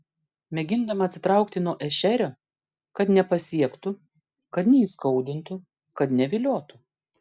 mėgindama atsitraukti nuo ešerio kad nepasiektų kad neįskaudintų kad neviliotų